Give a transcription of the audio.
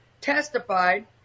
testified